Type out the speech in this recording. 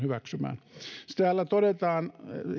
hyväksymään täällä todetaan